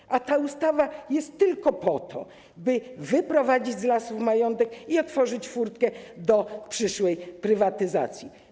Tymczasem ta ustawa jest tylko po to, by wyprowadzić z lasów majątek i otworzyć furtkę do ich przyszłej prywatyzacji.